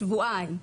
שבועיים,